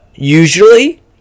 usually